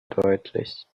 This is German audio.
deutlich